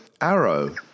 arrow